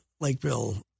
Lakeville